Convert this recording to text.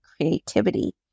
creativity